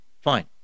fine